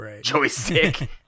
joystick